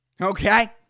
Okay